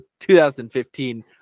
2015